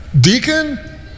Deacon